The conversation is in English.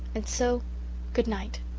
and so goodnight.